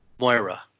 Moira